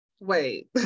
Wait